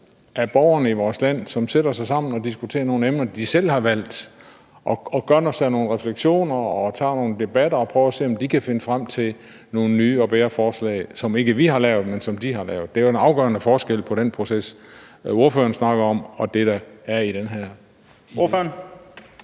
af borgerne i vores land, som sætter sig sammen og diskuterer nogle emner, de selv har valgt, og gør sig nogle refleksioner og tager nogle debatter og prøver at se, om de kan finde frem til nogle nye og bedre forslag, som ikke vi har lavet, men som de har lavet. Det er jo en afgørende forskel på den proces, ordføreren snakker om, og det, der er i det her. Kl.